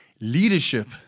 Leadership